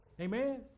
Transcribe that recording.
Amen